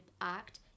act